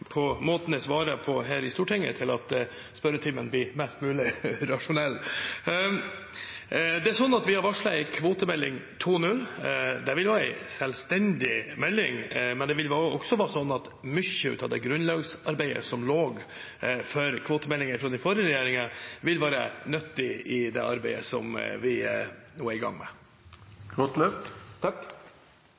her i Stortinget, at spørretimen blir mest mulig rasjonell. Vi har varslet en kvotemelding 2.0. Det vil være en selvstendig melding, men det vil også være slik at mye av det grunnlagsarbeidet som ligger i kvotemeldingen fra den forrige regjeringen, vil være nyttig i det arbeidet som vi nå er i gang med.